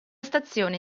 stazione